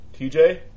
TJ